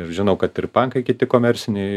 žinau kad ir bankai kiti komerciniai